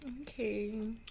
Okay